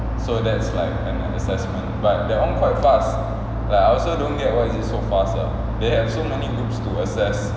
so that's like an assessment but that [one] quite fast like I also don't get why is it so fast ah they have so many groups to assess